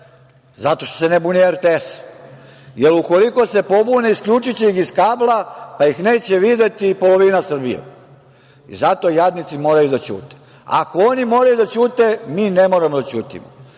zato što se ne buni RTS, jer ukoliko se pobune isključiće ih iz kabla, pa ih neće videti polovina Srbije. Zato jadnici moraju da ćute. Ako oni moraju a ćute, mi ne moramo da ćutimo.